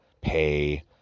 pay